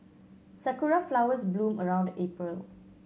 sakura flowers bloom around April